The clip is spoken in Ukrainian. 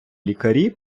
лікарі